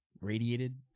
radiated